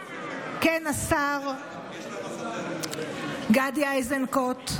כן, השר גדי איזנקוט,